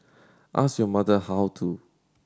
ask your mother how to